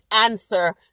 answer